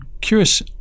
curious